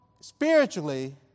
spiritually